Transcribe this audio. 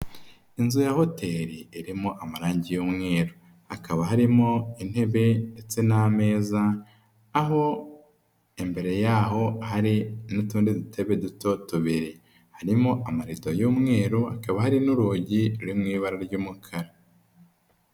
Inzu ya hoteli irimo amarange y'umweru, hakaba harimo intebe ndetse n'ameza aho imbere yaho hari n'utundi dutebe duto tubiri, harimo amarido y'umweru hakaba hari n'urugi ruri mu ibara ry'umukara.